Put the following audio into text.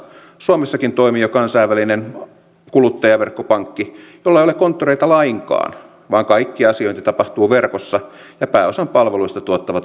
suomessakin toimii jo kansainvälinen kuluttajaverkkopankki jolla ei ole konttoreita lainkaan vaan kaikki asiointi tapahtuu verkossa ja pääosan palveluista tuottavat algoritmit